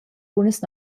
bunas